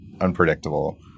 unpredictable